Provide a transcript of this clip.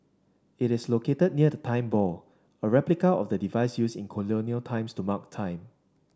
it is located near the Time Ball a replica of the device use in colonial times to mark time